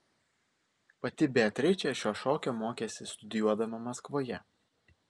pati beatričė šio šokio mokėsi studijuodama maskvoje